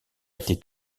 été